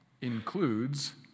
includes